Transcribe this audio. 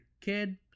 kid